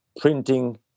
printing